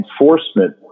enforcement